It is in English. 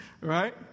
Right